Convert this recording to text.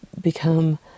become